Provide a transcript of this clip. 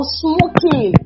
smoking